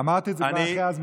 אמרתי את זה כבר אחרי הזמן שלך,